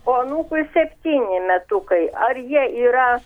o anūkui septyni metukai ar jie yra